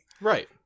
right